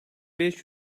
beş